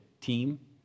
team